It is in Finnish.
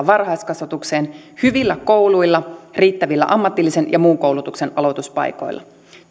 varhaiskasvatukseen hyvillä kouluilla riittävillä ammatillisen ja muun koulutuksen aloituspaikoilla